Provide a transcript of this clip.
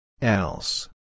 Else